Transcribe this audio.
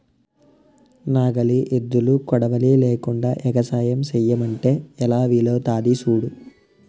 నాగలి, ఎద్దులు, కొడవలి లేకుండ ఎగసాయం సెయ్యమంటే ఎలా వీలవుతాది సూడు